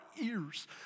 ears